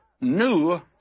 new